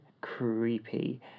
creepy